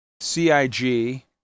CIG